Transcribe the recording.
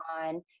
on